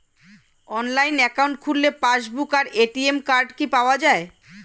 Online account খুললে passbook আর ATM card কি পাওয়া যায়?